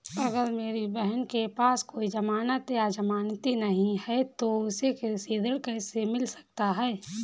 अगर मेरी बहन के पास कोई जमानत या जमानती नहीं है तो उसे कृषि ऋण कैसे मिल सकता है?